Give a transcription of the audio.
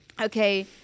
Okay